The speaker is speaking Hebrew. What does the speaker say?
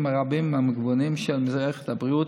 הרבים והמגוונים של מערכת הבריאות,